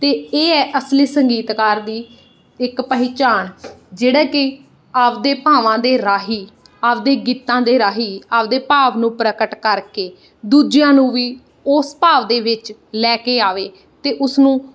ਅਤੇ ਇਹ ਹੈ ਅਸਲੀ ਸੰਗੀਤਕਾਰ ਦੀ ਇੱਕ ਪਹਿਚਾਣ ਜਿਹੜਾ ਕਿ ਆਪਦੇ ਭਾਵਾਂ ਦੇ ਰਾਹੀਂ ਆਪਦੇ ਗੀਤਾਂ ਦੇ ਰਾਹੀਂ ਆਪਣੇ ਭਾਵ ਨੂੰ ਪ੍ਰਗਟ ਕਰਕੇ ਦੂਜਿਆਂ ਨੂੰ ਵੀ ਉਸ ਭਾਵ ਦੇ ਵਿੱਚ ਲੈ ਕੇ ਆਵੇ ਅਤੇ ਉਸਨੂੰ